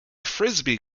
frisbee